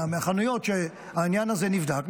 מהחנויות שבהם העניין זה נבדק,